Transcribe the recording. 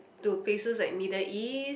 to places like Middle East